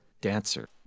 Dancer